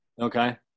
Okay